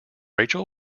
rachel